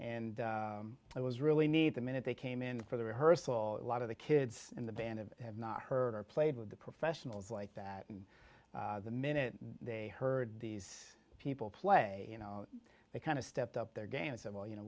and it was really neat the minute they came in for the rehearsal a lot of the kids in the band of had not heard or played with the professionals like that and the minute they heard these people play you know they kind of stepped up their game and said well you know